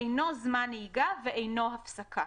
אינו זמן נהיגה ואינו הפסקה.